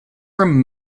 from